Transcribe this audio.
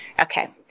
Okay